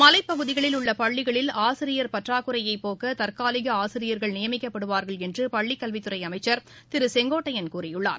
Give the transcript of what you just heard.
மலைப்பகுதிகளில் உள்ள பள்ளிகளில் ஆசிரியர் பற்றாக்குறையை போக்க தற்காலிக ஆசிரியர்கள் நியமிக்கப்படுவார்கள் என்று பள்ளிக்கல்வித்துறை அமைச்சர் திரு கே ஏ செங்கோட்டையன் கூறியுள்ளார்